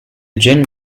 gin